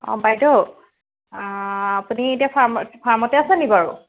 অ বাইদেউ আপুনি এতিয়া ফাৰ্মতে আছেনি বাৰু